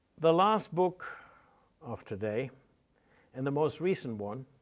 the last book of today and the most recent one,